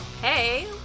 Hey